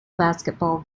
basketball